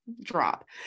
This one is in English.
Drop